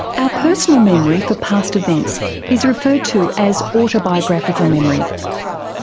our personal memory for past events is referred to as autobiographical memory.